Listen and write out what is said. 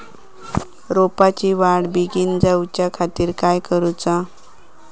रोपाची वाढ बिगीन जाऊच्या खातीर काय करुचा?